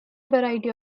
variety